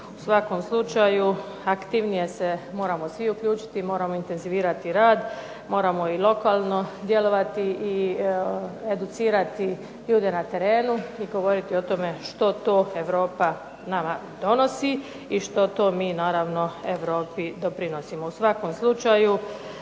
U svakom slučaju aktivnije se moramo svi uključiti i moramo intenzivirati rad. Moramo i lokalno djelovati i educirati ljude na terenu i govoriti o tome što to Europa nama donosi i što to mi naravno Europi doprinosimo. U svakom slučaju